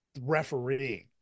referee